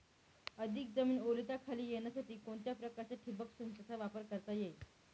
अधिक जमीन ओलिताखाली येण्यासाठी कोणत्या प्रकारच्या ठिबक संचाचा वापर करता येईल?